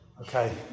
Okay